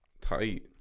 Tight